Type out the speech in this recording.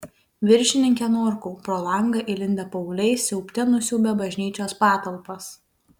viršininke norkau pro langą įlindę paaugliai siaubte nusiaubė bažnyčios patalpas